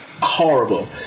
horrible